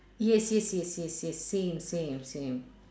yes yes yes yes yes same same same